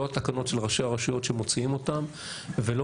לא התקנות של ראשי הרשויות שמוציאים אותן ולא